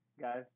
guys